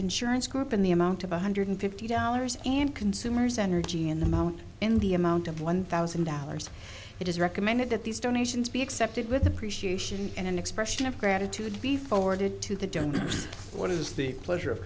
insurance group in the amount of one hundred fifty dollars and consumers energy in the moment in the amount of one thousand dollars it is recommended that these donations be accepted with appreciation and an expression of gratitude to be forwarded to the donors what is the pleasure of